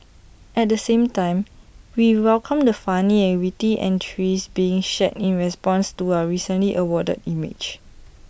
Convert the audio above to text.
at the same time we welcome the funny and witty entries being shared in response to our recently awarded image